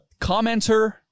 commenter